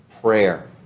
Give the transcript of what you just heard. prayer